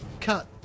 cut